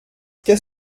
qu’est